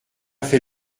fait